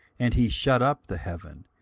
and he shut up the heaven,